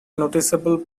noticeable